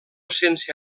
sense